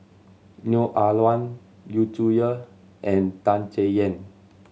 Neo Ah Luan Yu Zhuye and Tan Chay Yan